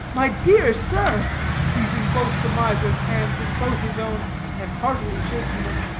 my dear sir, seizing both the miser's hands in both his own and heartily shaking them.